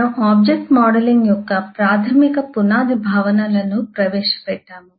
మనము object modelling యొక్క ప్రాథమిక పునాది భావనలను ప్రవేశపెట్టాము